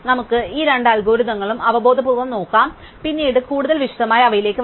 നമുക്ക് ഈ രണ്ട് അൽഗോരിതങ്ങളും അവബോധപൂർവ്വം നോക്കാം പിന്നീട് കൂടുതൽ വിശദമായി അവയിലേക്ക് വരും